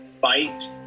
fight